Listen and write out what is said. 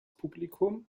publikum